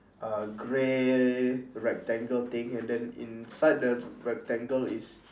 uh grey rectangle thing and then inside the rectangle is